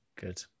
Good